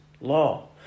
law